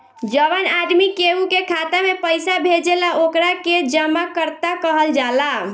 जवन आदमी केहू के खाता में पइसा भेजेला ओकरा के जमाकर्ता कहल जाला